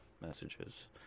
Messages